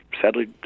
sadly